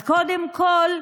אז קודם כול,